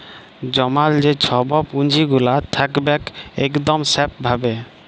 জমাল যে ছব পুঁজিগুলা থ্যাকবেক ইকদম স্যাফ ভাবে